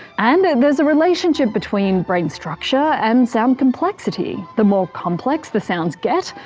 and there's a relationship between brain structure and sound complexity the more complex the sounds get,